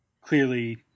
clearly